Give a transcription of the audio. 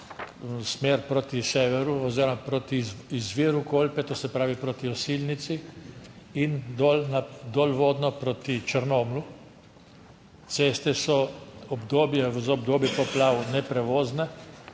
smer proti severu oziroma proti izviru Kolpe, to se pravi proti Osilnici in dol dolvodno proti Črnomlju. Ceste so obdobja v obdobje poplav neprevozne